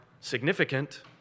significant